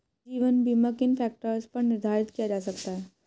जीवन बीमा किन फ़ैक्टर्स पर निर्धारित किया जा सकता है?